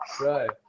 Right